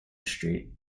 street